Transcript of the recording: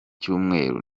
cyumweru